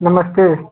नमस्ते